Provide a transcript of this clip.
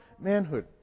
manhood